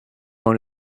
dans